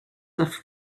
have